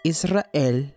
Israel